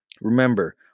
remember